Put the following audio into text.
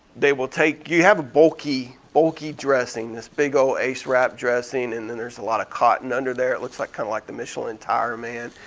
they will take, you have a bulky dressing, this big old ace wrap dressing, and then there's a lot of cotton under there. it looks like kinda like the michelin tire man.